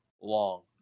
long